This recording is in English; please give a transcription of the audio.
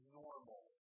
normal